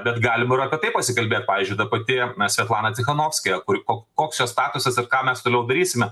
bet galim ir apie tai pasikalbėt pavyzdžiui ta pati svetlana cikanovskaja kur koks jos statusas ir ką mes toliau darysime